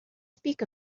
speak